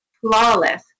flawless